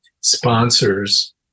sponsors